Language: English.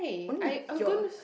only yours